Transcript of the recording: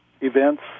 events